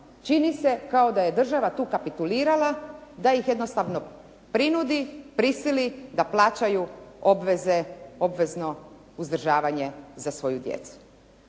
čini se kao da je država tu kapitulirala, da ih jednostavno prinudi, prisili da plaćaju obveze obvezno uzdržavanje za svoju djecu.